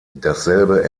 dasselbe